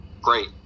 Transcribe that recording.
great